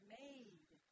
made